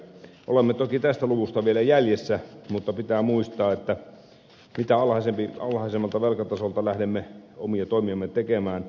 olemme toki tästä luvusta vielä jäljessä mutta pitää muistaa että mitä alhaisemmalta velkatasolta lähdemme omia toimiamme tekemään sen parempi